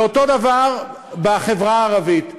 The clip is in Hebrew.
ואותו דבר בחברה הערבית.